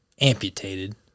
amputated